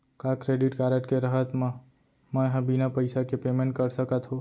का credit card के रहत म, मैं ह बिना पइसा के पेमेंट कर सकत हो?